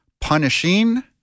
punishing